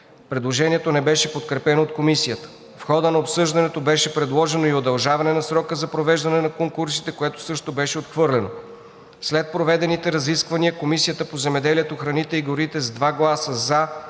Предложението не беше подкрепено от Комисията. В хода на обсъждането беше предложено и удължаване на срока за провеждането на конкурсите, което също беше отхвърлено. След проведените разисквания Комисията по земеделието, храните и горите с 2 гласа „за“,